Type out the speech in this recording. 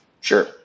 Sure